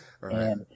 right